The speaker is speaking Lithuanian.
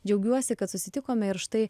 džiaugiuosi kad susitikome ir štai